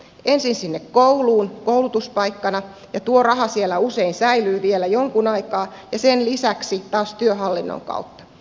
ensin kouluun koulutuspaikkana ja tuo raha siellä usein säilyy vielä jonkun aikaa ja sen lisäksi taas työhallinnon kautta